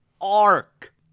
arc